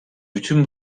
bütün